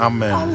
Amen